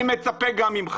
אני מצפה גם ממך.